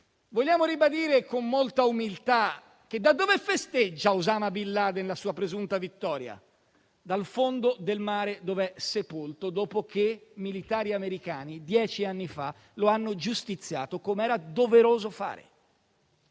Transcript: vogliamo ribadire, con molta umiltà, da dove festeggia Osama Bin Laden la sua presunta vittoria? Dal fondo del mare dov'è sepolto, dopo che militari americani dieci anni fa lo hanno giustiziato come era doveroso fare.